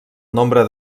nombre